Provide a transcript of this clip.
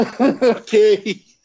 Okay